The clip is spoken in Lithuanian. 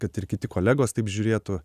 kad ir kiti kolegos taip žiūrėtų